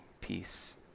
peace